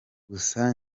gusa